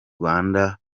rwanda